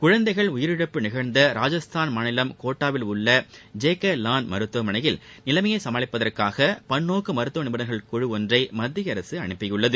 குழந்தைகள் உயிரிழப்பு நிகழ்ந்த ராஜஸ்தான் மாநிலம் கோட்டாவில் உள்ள ஜே கே லாள் மருத்துவமனையில் நிலைமையை சமாளிப்பதற்காக பன்நோக்கு மருத்துவ நிபுணர்கள் குழு ஒன்றை மத்திய அரசு அனுப்பியுள்ளது